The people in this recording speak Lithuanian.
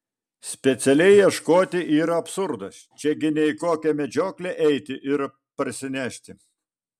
specialiai ieškoti yra absurdas čia gi ne į kokią medžioklę eiti ir parsinešti